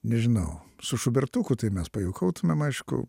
nežinau su šubertuku tai mes pajuokautumėm aišku